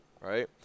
right